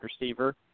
receiver